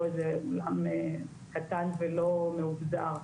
אולם קטן ולא מאובזר.